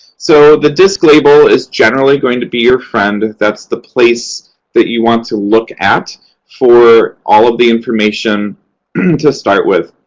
so, the disc label is generally going to be your friend. that's the place that you want to look at for all of the information to start with.